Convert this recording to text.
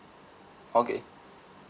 okay